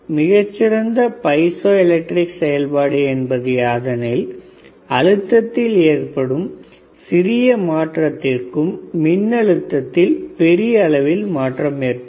மிகச்சிறந்த piezoelectric செயல்பாடு என்பது யாதெனில் அழுத்தத்தில் ஏற்படும் சிறிய மாற்றத்திற்கும் மின் அழுத்தத்தில் பெரிய அளவில் மாற்றம் ஏற்படும்